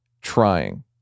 trying